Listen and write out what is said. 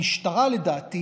המשטרה לדעתי